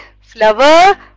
flower